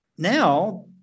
Now